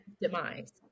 Demise